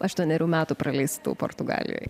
aštuonerių metų praleistų portugalijoj